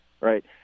Right